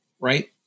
right